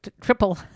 triple